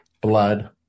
blood